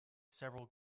several